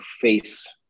face